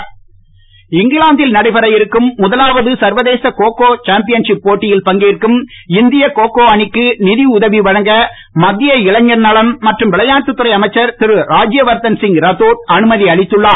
cocoa இங்கிலாந்தில் நடைபெற இருக்கும் முதலாவது சர்வதேச கோ கோ சேம்பியன்ஷிப் போட்டியில் பங்கேற்கும் இந்திய கோ கோ அணிக்கு நீதி உதவி வழங்க மத்திய இளைஞர் நல மற்றும் விளையாட்டுத் துறை அமைச்சர் திரு ராத்யவர்தன் சிங் ரத்தோட் அனுமதி அளித்துள்ளார்